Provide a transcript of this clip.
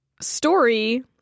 story